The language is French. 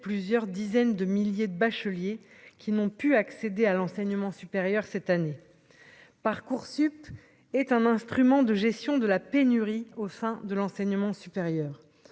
plusieurs dizaines de milliers de bacheliers qui n'ont pu accéder à l'enseignement supérieur cette année, Parcoursup est un instrument de gestion de la pénurie au sein de l'enseignement supérieur